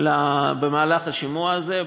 במהלך השימוע הזה,